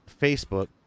facebook